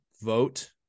vote